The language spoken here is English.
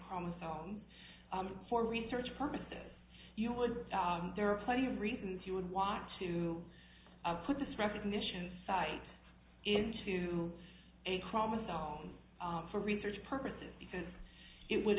chromosomes for research purposes you would there are plenty of reasons you would want to put this recognition site into a common solvent for research purposes because it would